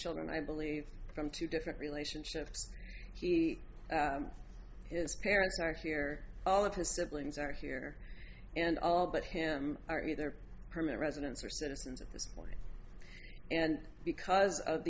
children i believe from two different relationships he his parents are here all of his siblings are here and all but him are either permanent residents or citizens at this point and because of